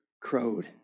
crowed